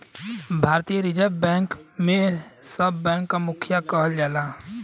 भारतीय reserve bank के सब बैंक क मुखिया कहल जाला